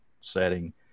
setting